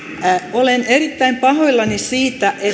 olen erittäin pahoillani siitä että